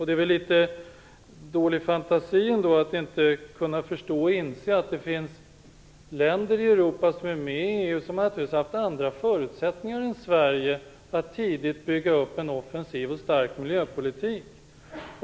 Det är litet dålig fantasi att inte kunna inse att det finns länder i Europa som är med i EU och som har haft andra förutsättningar än Sverige att tidigt bygga upp en offensiv och stark miljöpolitik.